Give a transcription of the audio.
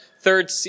third